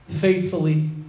faithfully